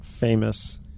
Famous